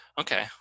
Okay